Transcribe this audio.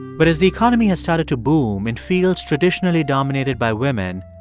but as the economy has started to boom in fields traditionally dominated by women,